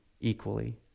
equally